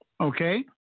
Okay